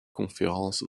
conférences